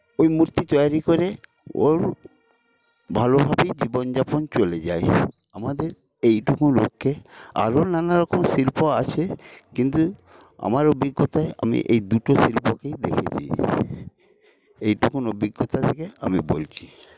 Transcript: ওই মূর্তি তৈরি করে ওর ভালো মতোই জীবনযাপন চলে যায় আমাদের এইটুকু লক্ষ্যে আরো নানা রকম শিল্প আছে কিন্তু আমার অভিজ্ঞতায় আমি এই দুটোই শিল্পকেই দেখেছি এইটুকু অভিজ্ঞতা থেকে আমি বলছি